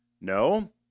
No